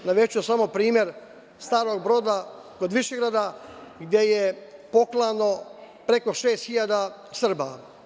Navešću samo primer Starog Broda kod Višegrada gde je poklano preko 6.000 Srba.